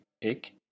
ik